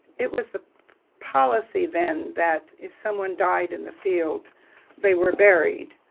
it was the policy then that if someone died in the field they were buried,